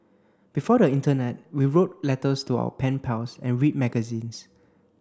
before the internet we wrote letters to our pen pals and read magazines